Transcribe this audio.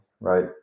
right